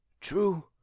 true